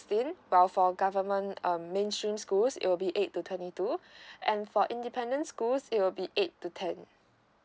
still well for government um mainstream schools it will be eight to twenty two and four independent schools it will be eight to ten